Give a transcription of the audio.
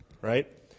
Right